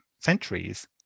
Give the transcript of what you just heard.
centuries